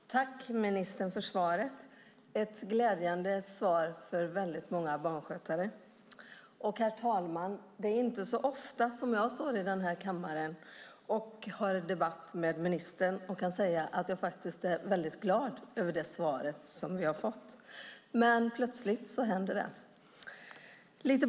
Herr talman! Tack, ministern, för ett väldigt glädjande svar för väldigt många barnskötare! Det är inte så ofta jag står här i kammaren och debatterar med ministern och kan säga att jag är väldigt glad över det svar som jag har fått. Men plötsligt händer det!